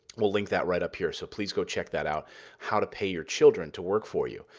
we'll link that right up here, so please go check that out how to pay your children to work for you.